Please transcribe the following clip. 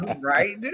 Right